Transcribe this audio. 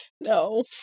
No